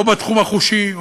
או בתחום החושי,